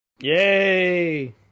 Yay